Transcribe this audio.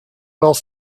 else